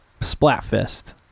Splatfest